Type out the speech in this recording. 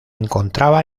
encontraba